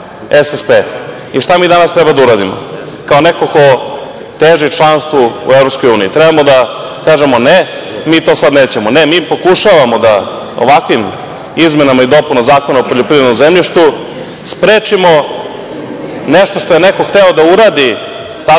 SSP. Šta mi danas treba da uradimo, kao neko ko teži članstvu u EU? Treba da kažemo – ne, mi to sada nećemo. Ne, mi pokušavamo da ovakvim izmenama i dopunama Zakona o poljoprivrednom zemljištu sprečimo nešto što je neko hteo da uradi